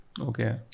Okay